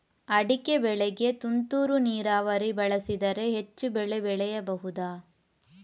ಅಡಿಕೆ ಬೆಳೆಗೆ ತುಂತುರು ನೀರಾವರಿ ಬಳಸಿದರೆ ಹೆಚ್ಚು ಬೆಳೆ ಬೆಳೆಯಬಹುದಾ?